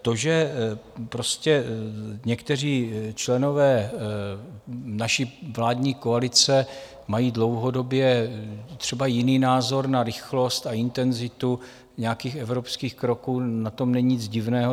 To, že prostě někteří členové naší vládní koalice mají dlouhodobě třeba jiný názor na rychlost a intenzitu nějakých evropských kroků, na tom není nic divného.